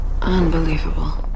Unbelievable